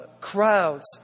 crowds